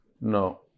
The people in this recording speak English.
No